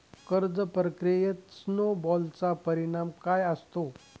कर्ज प्रक्रियेत स्नो बॉलचा परिणाम काय असतो?